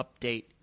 update